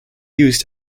used